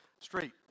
Street